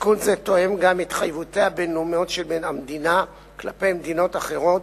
תיקון זה תואם גם התחייבויותיה הבין-לאומית של המדינה כלפי מדינות אחרות